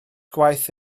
gwaith